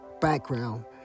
background